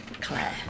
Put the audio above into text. Claire